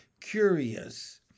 curious